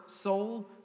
soul